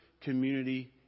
community